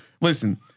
Listen